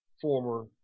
former